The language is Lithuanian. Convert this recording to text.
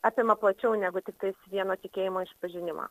apima plačiau negu tiktais vieno tikėjimo išpažinimą